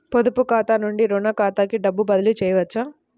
పొదుపు ఖాతా నుండీ, రుణ ఖాతాకి డబ్బు బదిలీ చేయవచ్చా?